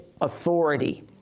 authority